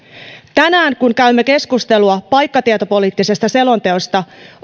tänään käymme keskustelua paikkatietopoliittisesta selonteosta